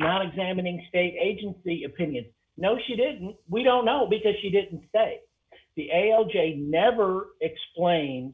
not examining state agency opinion no she didn't we don't know because she didn't say the a l j never explains